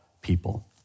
people